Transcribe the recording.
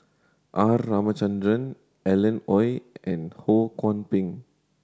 R Ramachandran Alan Oei and Ho Kwon Ping